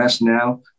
now